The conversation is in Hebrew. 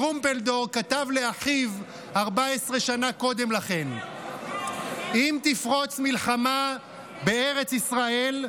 טרומפלדור כתב לאחיו 14 שנה קודם לכן: "אם תפרוץ מלחמה בארץ ישראל,